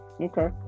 Okay